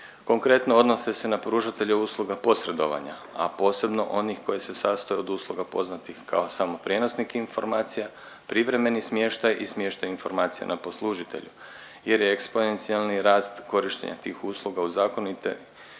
Konkretno odnose se na pružatelje usluga posredovanja, a posebno onih koji se sastoje od usluga poznatih kao samo prijenosnik informacija, privremeni smještaj i smještaj informacija na poslužitelju jer je eksponencijalni rast korištenja tih usluga u zakonite i društveno